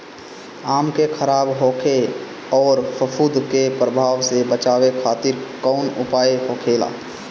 आम के खराब होखे अउर फफूद के प्रभाव से बचावे खातिर कउन उपाय होखेला?